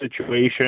situation